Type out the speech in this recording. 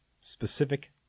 specific